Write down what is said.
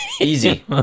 Easy